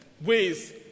ways